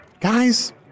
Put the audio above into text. Guys